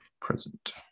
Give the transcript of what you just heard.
Present